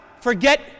forget